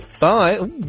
Bye